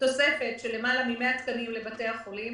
תוספת של למעלה מ-100 תקנים לבתי החולים,